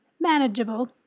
Manageable